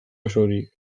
osorik